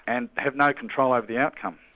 and have no control over the outcome.